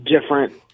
different